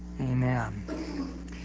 Amen